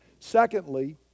Secondly